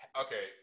Okay